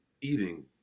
eating